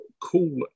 cool